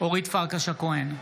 אורית פרקש הכהן,